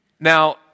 Now